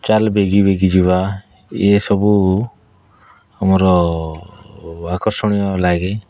ଚାଲ ବେଗି ବେଗି ଯିବା ଇଏ ସବୁ ଆମର ଆକର୍ଷଣୀୟ ଲାଗେ